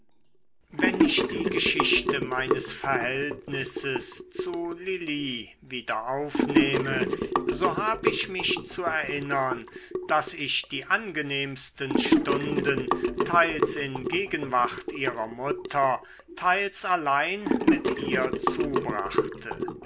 wenn ich die geschichte meines verhältnisses zu lili wieder aufnehme so hab ich mich zu erinnern daß ich die angenehmsten stunden teils in gegenwart ihrer mutter teils allein mit ihr zubrachte